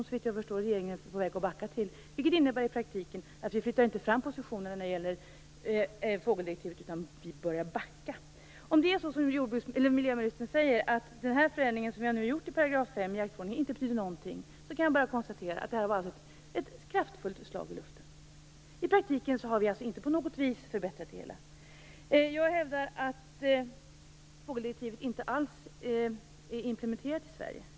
Såvitt jag förstår är regeringen nu på väg att backa när det gäller den förändringen. Det innebär i praktiken att vi inte flyttar fram positionerna när det gäller fågeldirektivet, utan vi börjar backa. Om det är så som miljöministern säger, att den förändring som vi nu har gjort i 5 § i jaktförordningen inte betyder någonting, kan jag bara konstatera att detta alltså bara var ett kraftfullt slag i luften. I praktiken har vi inte på något vis förbättrat det hela. Jag hävdar att fågeldirektivet inte alls är implementerat i Sverige.